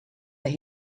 that